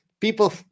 People